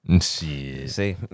See